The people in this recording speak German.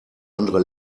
andere